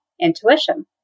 intuition